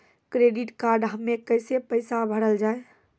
Credit card हम्मे कैसे पैसा भरल जाए?